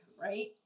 Right